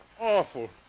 Awful